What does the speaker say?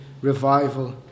revival